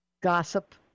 gossip